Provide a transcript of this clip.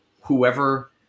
whoever